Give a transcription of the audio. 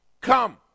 Come